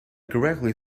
correctly